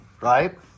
right